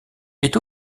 est